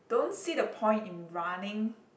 don't see the point in running